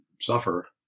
suffer